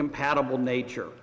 compatible nature